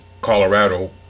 Colorado